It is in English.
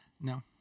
no